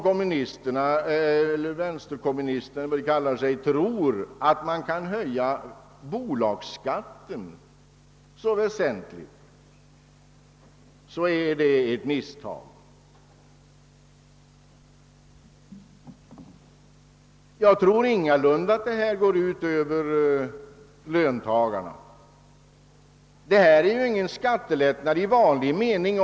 Om vänsterpartiet = kommunisterna tror att man kan höja bolagsskatten väsentligt, så är det ett misstag. Jag tror ingalunda att det föreslagna systemet går ut över löntagarna — det gäller ju ingen skattelättnad i vanlig mening.